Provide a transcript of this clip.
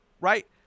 right